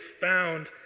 found